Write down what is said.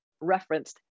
referenced